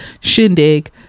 shindig